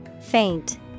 FAINT